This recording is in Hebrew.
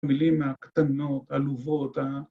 ‫מילים הקטנות, עלובות.